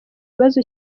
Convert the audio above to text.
bibazo